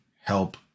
help